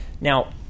Now